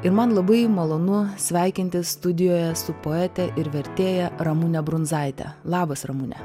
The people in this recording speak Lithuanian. ir man labai malonu sveikintis studijoje su poete ir vertėja ramune brundzaite labas ramune